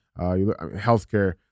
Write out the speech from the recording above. healthcare